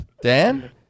dan